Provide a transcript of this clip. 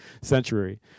century